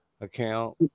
account